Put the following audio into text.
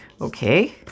Okay